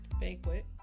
banquet